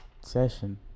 session